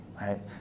right